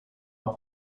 alla